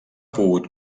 pogut